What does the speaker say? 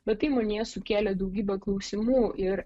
bet tai manyje sukėlė daugybę klausimų ir